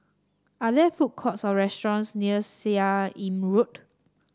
are there food courts or restaurants near Seah Im Road